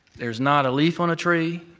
there's not a leaf on a tree,